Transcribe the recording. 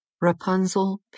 Rapunzel